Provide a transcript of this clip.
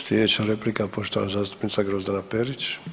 Sljedeća replika poštovana zastupnica Grozdana Perić.